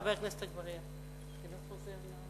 חבר הכנסת עפו אגבאריה, בבקשה.